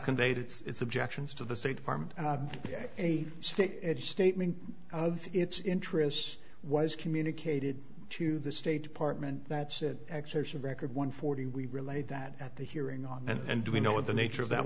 conveyed its objections to the state department a state statement of its interests was communicated to the state department that said excerpts of record one forty we relayed that at the hearing on and do we know the nature of that